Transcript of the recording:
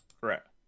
correct